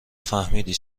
فهمیدی